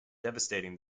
devastating